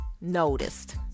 noticed